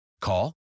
Call